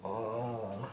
orh